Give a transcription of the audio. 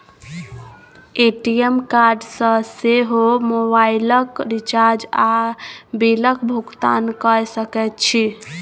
ATM card सँ सेहो मोबाइलक रिचार्ज आ बिलक भुगतान कए सकैत छी